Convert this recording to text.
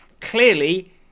clearly